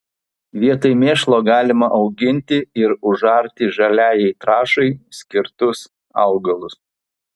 vietoj mėšlo galima auginti ir užarti žaliajai trąšai skirtus augalus